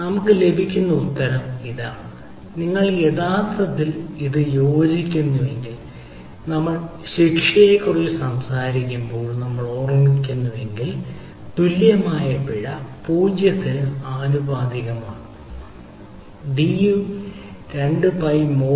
നമുക്ക് ലഭിക്കുന്ന ഉത്തരം ഇതാണ് നിങ്ങൾ യഥാർത്ഥത്തിൽ ഇത് യോജിക്കുന്നുവെങ്കിൽ നമ്മൾ ശിക്ഷയെക്കുറിച്ച് സംസാരിക്കുമ്പോൾ നിങ്ങൾ ഓർക്കുന്നുവെങ്കിൽ തുല്യമായ പിഴ 0 ന് ആനുപാതികമാണ് ഡിറ്റിയുടെ 2 പൈ ഡിമാൻഡ് മൈനസ് മോഡ്